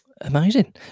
Amazing